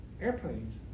airplanes